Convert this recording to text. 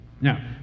Now